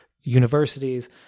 universities